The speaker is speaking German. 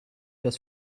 das